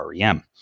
REM